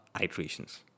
iterations